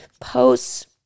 posts